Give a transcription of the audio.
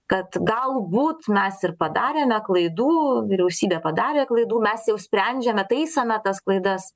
kad galbūt mes ir padarėme klaidų vyriausybė padarė klaidų mes jau sprendžiame taisome tas klaidas